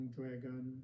Dragon